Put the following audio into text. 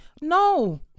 No